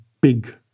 big